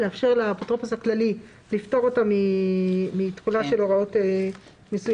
לאפשר לאפוטרופוס הכללי לפטור אותם מתחולה של הוראות מסוימות.